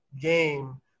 game